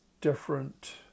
different